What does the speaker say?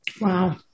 Wow